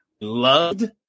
loved